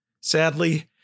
Sadly